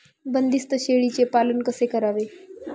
बंदिस्त शेळीचे पालन कसे करावे?